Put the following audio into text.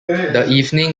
evening